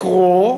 לקרוא,